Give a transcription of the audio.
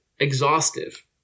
exhaustive